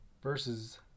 versus